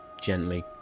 gently